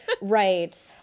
Right